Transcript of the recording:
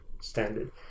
standard